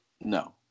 No